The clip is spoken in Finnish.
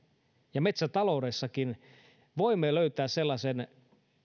ja metsätaloudessakin voimme löytää sellaisen